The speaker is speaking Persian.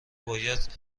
باید